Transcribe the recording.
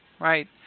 right